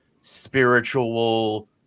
spiritual